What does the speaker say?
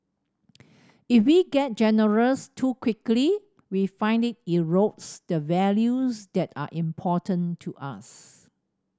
if we get generous too quickly we find it erodes the values that are important to us